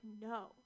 no